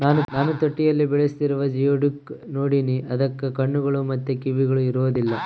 ನಾನು ತೊಟ್ಟಿಯಲ್ಲಿ ಬೆಳೆಸ್ತಿರುವ ಜಿಯೋಡುಕ್ ನೋಡಿನಿ, ಅದಕ್ಕ ಕಣ್ಣುಗಳು ಮತ್ತೆ ಕಿವಿಗಳು ಇರೊದಿಲ್ಲ